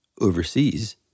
overseas